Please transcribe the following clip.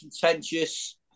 contentious